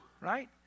Right